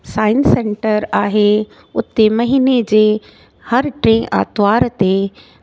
science centre आहे उते महीने जे हर टे आर्तवार ते